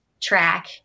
track